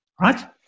right